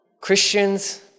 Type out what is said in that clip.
Christians